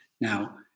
Now